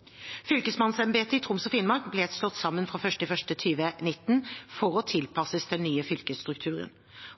i Troms og Finnmark ble slått sammen fra 1. januar 2019 for å tilpasses den nye fylkesstrukturen.